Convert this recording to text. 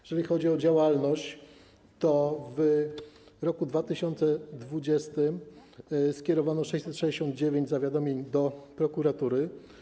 Jeżeli chodzi o działalność, to w roku 2020 skierowano 669 zawiadomień do prokuratury.